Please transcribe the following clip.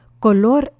Color